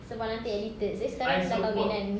sebab nanti addicted seh sekarang dah khawin kan